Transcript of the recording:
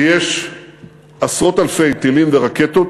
כי יש עשרות אלפי טילים ורקטות